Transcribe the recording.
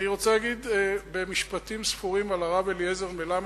אני רוצה להגיד משפטים ספורים על הרב אליעזר מלמד,